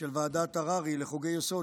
של ועדת הררי לחוקי-יסוד,